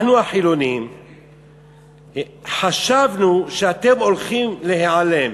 אנחנו החילונים חשבנו שאתם הולכים להיעלם.